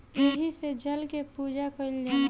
एही से जल के पूजा कईल जाला